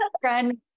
friend